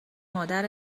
مادر